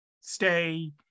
stay